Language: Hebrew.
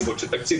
מסיבות של תקציב,